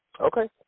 Okay